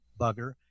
bugger